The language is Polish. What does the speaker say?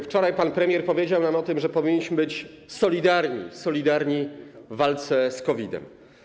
Wczoraj pan premier powiedział nam o tym, że powinniśmy być solidarni w walce z COVID-em.